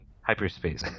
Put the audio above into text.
Hyperspace